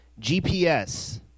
GPS